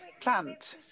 plant